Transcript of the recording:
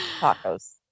Tacos